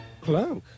clunk